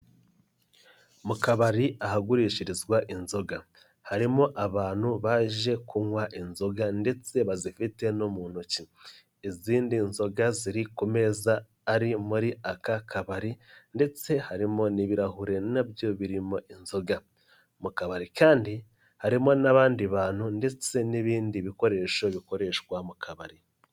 Mu kabari ahagurishirizwa inzoga, harimo abantu baje kunywa inzoga ndetse bazifite no mu ntoki, izindi nzoga ziri ku meza ari muri aka kabari ndetse harimo n'ibirahure na byo birimo inzoga, mu kabari kandi harimo n'abandi bantu ndetse n'ibindi bikoresho bikoreshwa mu kabari.